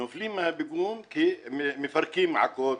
נופלים מהפיגום כי מפרקים מעקות,